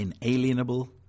inalienable